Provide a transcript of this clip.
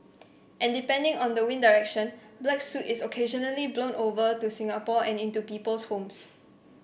and depending on the wind direction black soot is occasionally blown over to Singapore and into people's homes